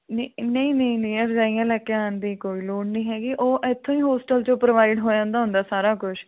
ਨਹੀਂ ਨਹੀਂ ਨਹੀਂ ਨਹੀਂ ਰਜਾਈਆਂ ਲੈ ਕੇ ਆਉਣ ਦੀ ਕੋਈ ਲੋੜ ਨਹੀਂ ਹੈਗੀ ਉਹ ਇੱਥੋਂ ਹੀ ਹੋਸਟਲ 'ਚੋਂ ਪ੍ਰੋਵਾਈਡ ਹੋ ਜਾਂਦਾ ਹੁੰਦਾ ਸਾਰਾ ਕੁਛ